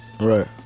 Right